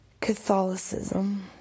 Catholicism